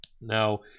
Now